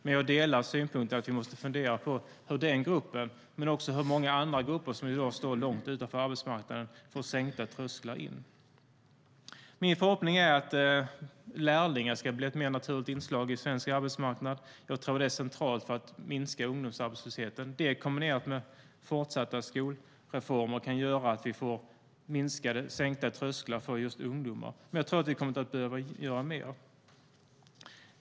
Men jag delar synpunkten att vi måste fundera på hur denna grupp, men också många andra grupper som i dag står långt utanför arbetsmarknaden, får sänkta trösklar in. Min förhoppning är att lärlingar ska bli ett mer naturligt inslag i svensk arbetsmarknad. Jag tror att det är centralt för att minska ungdomsarbetslösheten. Detta kombinerat med fortsatta skolreformer kan göra att vi får minskade och sänkta trösklar för just ungdomar. Men jag tror att vi kommer att behöva göra mer.